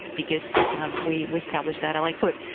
because we we established that i like food.